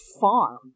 farm